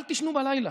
אל תישנו בלילה.